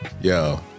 Yo